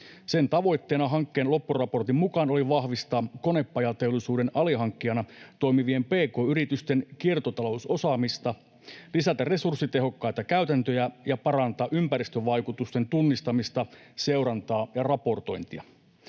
Sen tavoitteena hankkeen loppuraportin mukaan oli vahvistaa konepajateollisuuden alihankkijana toimivien pk-yritysten kiertotalousosaamista, lisätä resurssitehokkaita käytäntöjä ja parantaa ympäristövaikutusten tunnistamista, seurantaa ja raportointia.